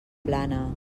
plana